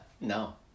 No